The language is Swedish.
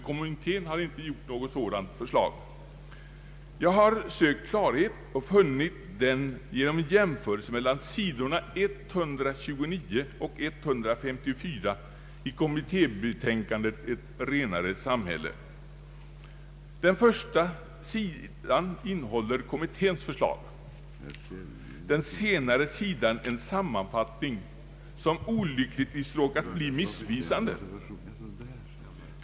Kommittén har nämligen inte framlagt något sådant förslag. Jag har sökt klarhet och funnit den genom en jämförelse mellan sidorna 129 och 154 i kommittébetänkandet Ett renare samhälle. Den förstnämnda sidan innehåller kommitténs förslag, den senare en sammanfattning som olyckligtvis råkat bli missvisande.